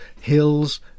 hills